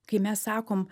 kai mes sakom